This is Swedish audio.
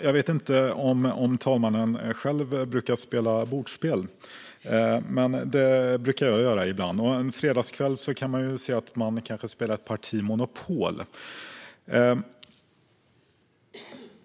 Jag vet inte om fru talmannen brukar spela bordsspel. Jag gör det ibland, och en fredagskväll kanske man spelar ett parti monopol.